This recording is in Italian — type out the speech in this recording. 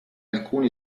alcune